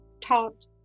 taught